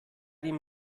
dem